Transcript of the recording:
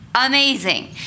Amazing